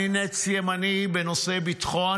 אני נץ ימני בנושאי ביטחון